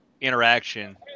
interaction